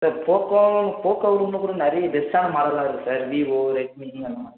sir Poco போக்கோக்கு இன்னும் கூட நிறைய பெஸ்ட்டான மாடல் எல்லாம் இருக்கு சார் விவோ ரெட்மி அந்த மாதிரி